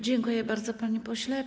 Dziękuję bardzo, panie pośle.